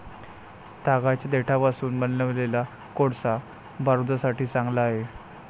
तागाच्या देठापासून बनवलेला कोळसा बारूदासाठी चांगला आहे